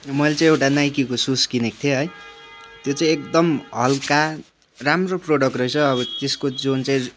मैले चाहिँ एउटा नाइकीको सुस किनेको थिएँ है त्यो चाहिँ एकदम हल्का राम्रो प्रडक्ट रहेछ अब त्यसको जुन चाहिँ